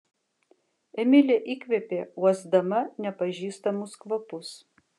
emilė įkvėpė uosdama nepažįstamus kvapus